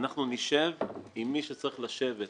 אנחנו נשב עם מי שצריך לשבת,